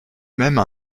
même